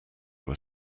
were